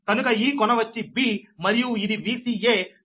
కనుక ఈ కొన వచ్చి b మరియు ఇది Vca